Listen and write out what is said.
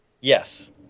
Yes